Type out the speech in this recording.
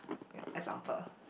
ya example